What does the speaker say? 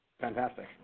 Fantastic